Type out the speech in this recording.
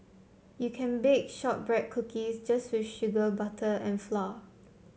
you can bake shortbread cookies just with sugar butter and flour